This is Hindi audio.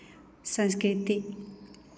संस्कृति